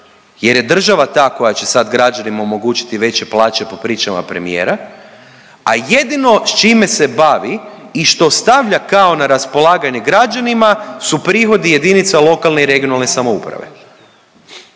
jer je država ta koja će sad građanima omogućiti veće plaće po pričama premijera, a jedino s čime se bavi i što stavlja kao na raspolaganje građanima su prihodi JLRS. Pa zašto država se ne odrekne